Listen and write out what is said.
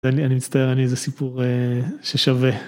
אני מצטער אין לי איזה סיפור ששווה.